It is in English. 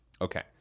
Okay